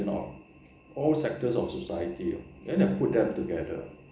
of all sectors of society ah then that put them together